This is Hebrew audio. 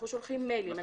שולחים מיילים,